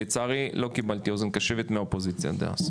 לצערי לא קיבלתי אוזן קשבת מהאופוזיציה דאז,